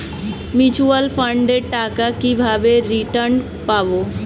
Mutual ফান্ডের টাকা কিভাবে রিটার্ন পাব?